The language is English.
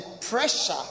pressure